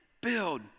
build